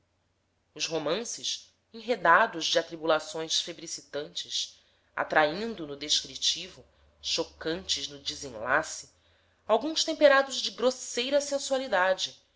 os romances enredados de atribulações febricitantes atraindo no descritivo chocantes no desenlace alguns temperados de grosseira sensualidade